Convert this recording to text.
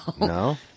No